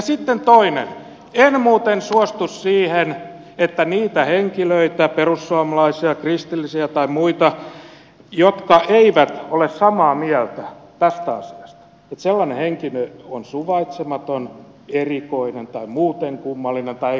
sitten en muuten suostu siihen että sellainen henkilö perussuomalainen kristillinen tai muu joka ei ole samaa mieltä tästä asiasta olisi suvaitsematon erikoinen tai muuten kummallinen tai ei kannata tasa arvoa